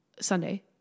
Sunday